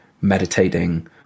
meditating